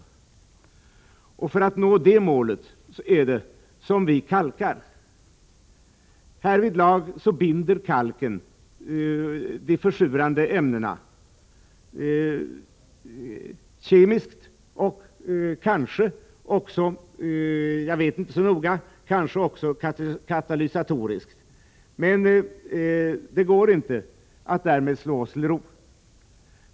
Det är för att nå det målet som vi kalkar. Härvidlag binder kalken de försurande ämnena kemiskt och kanske också — jag vet inte så noga —- katalysatoriskt. Men det går inte att därmed slå sig till ro.